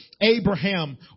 Abraham